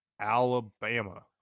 Alabama